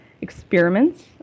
experiments